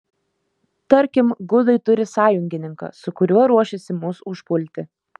tarkim gudai turi sąjungininką su kuriuo ruošiasi mus užpulti